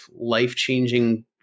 life-changing